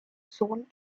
sohn